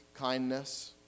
kindness